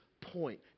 point